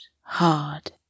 hard